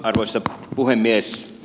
arvoisa puhemies